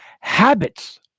Habits